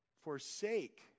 forsake